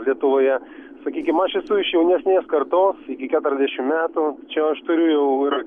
lietuvoje sakykim aš esu iš jaunesnės kartos iki keturiasdešimt metų čia aš turiu jau ir